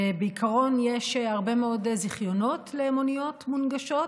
בעיקרון, יש הרבה מאוד זיכיונות למוניות מונגשות,